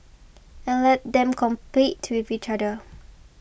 and let them compete with each other